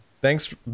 Thanks